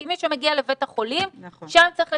כי מי שמגיע לבית החולים, שם צריך לטפל.